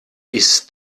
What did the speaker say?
ist